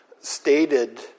stated